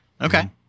Okay